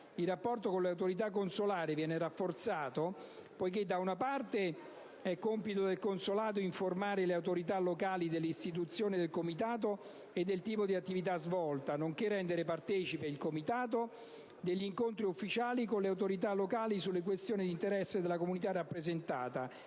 Il rapporto con le autorità consolari viene rafforzato, poiché, da una parte, è compito del consolato informare le autorità locali dell'istituzione del Comitato e del tipo di attività svolta, nonché di rendere partecipe il Comitato degli incontri ufficiali con le autorità locali sulle questioni di interesse della comunità rappresentata;